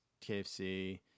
KFC